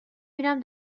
میرم